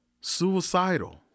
suicidal